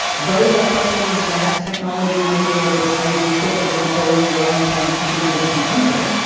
those are questions that technology may be able to save you quicker than calling your own parent because she's in a different country.